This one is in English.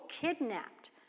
kidnapped